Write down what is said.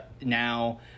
Now